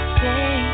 stay